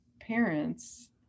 parents